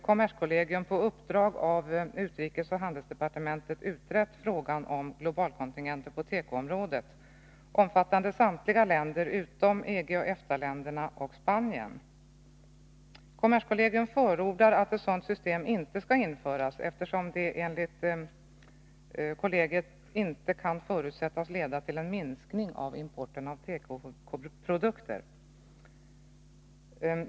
Kommerskollegium har på uppdrag av utrikesoch handelsdepartementen utrett frågan om globalkontingenter på tekoområdet omfattande samtliga länder utom EG och EFTA-länderna samt Spanien. Kommerskollegium förordar att ett sådant system inte skall införas, eftersom det enligt kollegiet inte kan förutsättas leda till en minskning av importen av tekoprodukter.